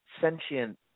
sentient